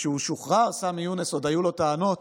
שכשהוא שוחרר, סמי יונס, עוד היו לו טענות